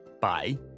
Bye